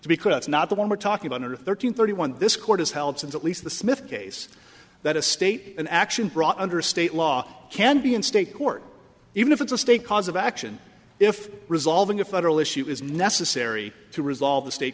because that's not the one we're talking about of thirteen thirty one this court has held since at least the smith case that a state an action brought under state law can be in state court even if it's a state cause of action if resolving a federal issue is necessary to resolve the state